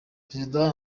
perezida